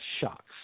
shocks